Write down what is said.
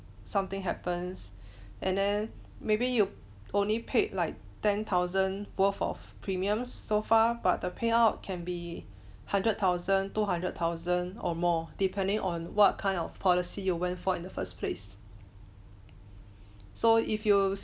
something happens and then maybe you only paid like ten thousand worth of premiums so far but the payout can be hundred thousand two hundred thousand or more depending on what kind of policy you went for in the first place so if you